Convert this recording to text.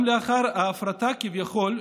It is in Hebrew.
גם לאחר ההפרטה כביכול,